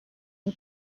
new